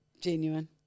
genuine